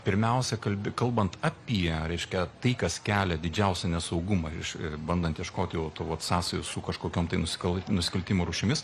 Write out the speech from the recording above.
pirmiausia kalbi kalbant apie reiškia tai kas kelia didžiausią nesaugumą iš bandant ieškoti jau tų vat sąsajų su kažkokiom tai nusikal nusikaltimų rūšimis